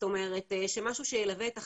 משהו שילווה את החייל.